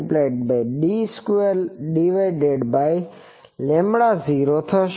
83 N1M1 d²λ0² થશે